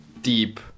deep